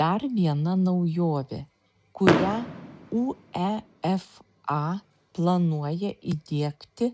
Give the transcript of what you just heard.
dar viena naujovė kurią uefa planuoja įdiegti